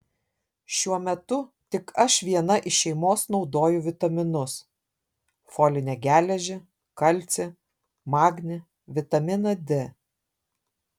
šiuo metu tik aš viena iš šeimos naudoju vitaminus folinę geležį kalcį magnį vitaminą d